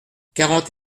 quarante